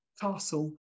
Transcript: castle